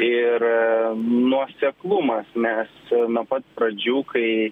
ir nuoseklumas nes nuo pat pradžių kai